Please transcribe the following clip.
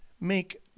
make